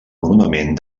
coronament